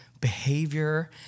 behavior